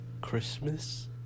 Christmas